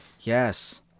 Yes